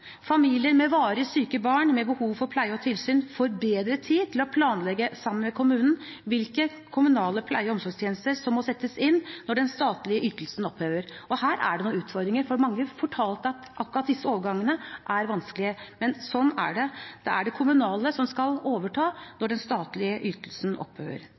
Familier med varig syke barn med behov for pleie og tilsyn får bedre tid til å planlegge sammen med kommunen hvilke kommunale pleie- og omsorgstjenester som må settes inn når den statlige ytelsen opphører. Her er det noen utfordringer, for mange fortalte at akkurat disse overgangene er vanskelige. Men sånn er det. Det er det kommunale nivået som skal overta når den statlige ytelsen